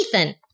Ethan